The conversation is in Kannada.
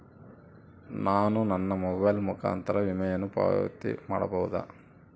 ನಾನು ನನ್ನ ಮೊಬೈಲ್ ಮುಖಾಂತರ ವಿಮೆಯನ್ನು ಪಾವತಿ ಮಾಡಬಹುದಾ?